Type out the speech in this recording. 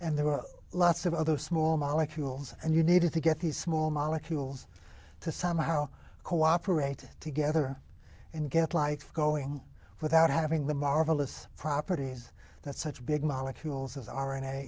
and there were lots of other small molecules and you needed to get these small molecules to somehow cooperate together and get like going without having the marvelous properties that such big molecules as r n a